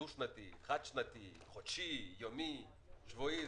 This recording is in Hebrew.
דו-שנתי או חד-שנתי או חודשי או יומי או שבועי,